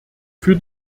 für